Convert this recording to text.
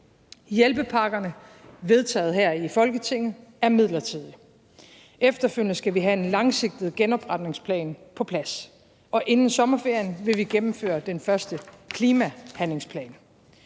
Hjælpepakkerne vedtaget herinde i Folketinget er midlertidige. Efterfølgende skal vi have en langsigtet genopretningsplan på plads, og inden sommerferien vil vi gennemføre den første klimahandlingsplan.